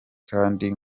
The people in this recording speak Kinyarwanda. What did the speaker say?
kandi